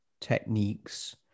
techniques